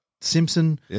Simpson